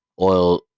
oil